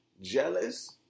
jealous